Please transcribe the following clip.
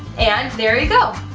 and there you go!